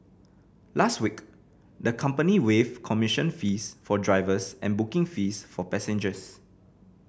last week the company waived commission fees for drivers and booking fees for passengers